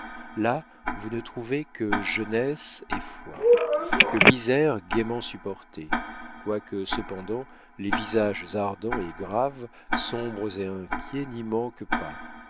là vous ne trouvez que jeunesse et foi que misère gaiement supportée quoique cependant les visages ardents et graves sombres et inquiets n'y manquent pas